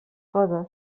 coses